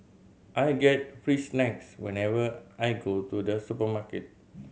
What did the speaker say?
I get free snacks whenever I go to the supermarket